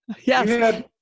Yes